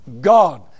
God